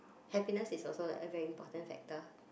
happiness is also a very important factor